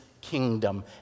kingdom